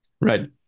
Right